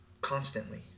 constantly